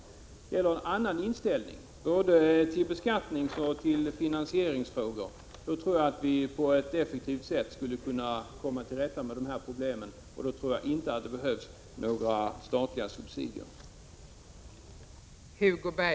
Om man hade en annan inställning till beskattningsoch finansieringsfrågor tror jag att vi på ett effektivt sätt skulle kunna komma till rätta med dessa problem. Då tror jag inte att det behövs några statliga subsidier.